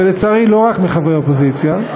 ולצערי לא רק מחברי האופוזיציה,